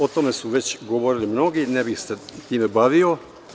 O tome su već govorili mnogo, ne bih se time bavio.